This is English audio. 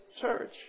church